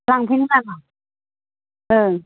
लांफैनो नामा ओं